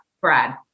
Brad